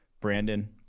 Brandon